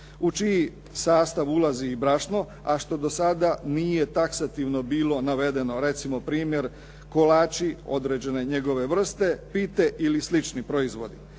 u čiji sastav ulazi i brašno, a što do sada nije taksativno bilo navedeno recimo primjer, kolači i određene njegove vrste, pite ili slični proizvodi